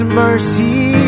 mercy